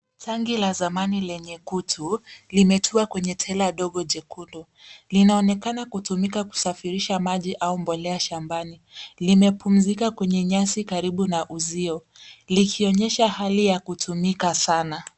Tangi la zamani lenye kutu limetua kwenye tela dogo jekundu. Linaonekana likitumika kusafirisha maji au mbolea shambani. Limepumzika kwenye nyasi karibu na uzio likionyesha hali ya kutumika sana.